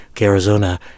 Arizona